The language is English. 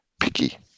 picky